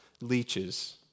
leeches